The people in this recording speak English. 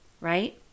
right